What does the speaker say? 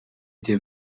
été